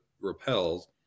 repels